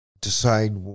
decide